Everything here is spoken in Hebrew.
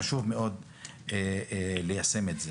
חשוב מאוד ליישם אותן.